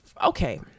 okay